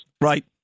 Right